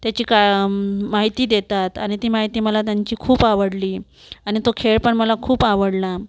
त्याची का माहिती देतात आणि ती माहिती मला त्यांची खूप आवडली आणि तो खेळ पण मला खूप आवडला